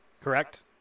Correct